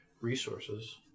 resources